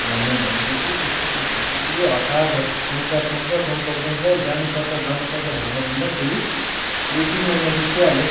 भन्ने भएपछि त्यसपछि फेरि हतार भयो सोच्दा सोच्दा सोच्दा सोच्दै जानुपर्छ जानुपर्छ भन्दा भन्दै फेरि दुई तिन महिना बितिहाल्यो